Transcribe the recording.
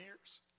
years